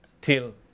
till